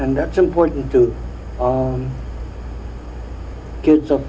and that's important to get some